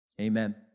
Amen